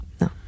No